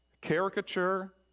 caricature